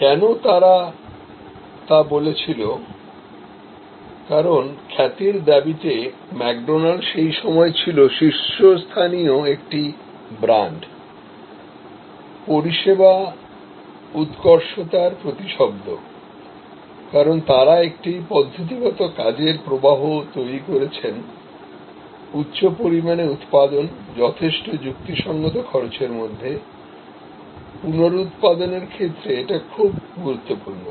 তারা কেন তা বলেছিল কারণ খ্যাতির দাবিতে ম্যাকডোনাল্ড সেই সময় ছিল শীর্ষস্থানীয় একটি ব্র্যান্ড পরিষেবা উৎকর্ষতার প্রতিশব্দ কারণ তারা একটি পদ্ধতিগত কাজের প্রবাহ তৈরি করেছেন উচ্চ পরিমাণে উত্পাদন যথেষ্ট যুক্তিসংগত খরচের মধ্যে পুনরুৎপাদন এর ক্ষেত্রে যেটা খুবই গুরুত্বপূর্ণ